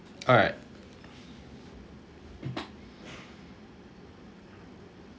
alright